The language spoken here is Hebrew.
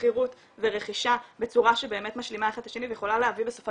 שכירות ורכישה בצורה שבאמת משלימה אחד את השני ויכולה להביא בסופו